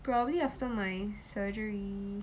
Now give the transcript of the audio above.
probably after my surgery